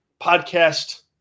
podcast